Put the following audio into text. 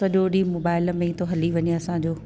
सॼो ॾींहुं मोबाइल में ई थो हली वञे असांजो